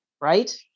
right